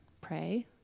pray